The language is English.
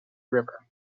river